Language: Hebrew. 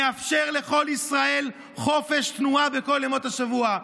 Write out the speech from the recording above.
נאפשר לכל ישראל חופש תנועה בכל ימות השבוע.